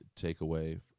takeaway